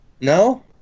No